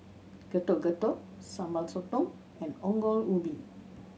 Getuk Getuk Sambal Sotong and Ongol Ubi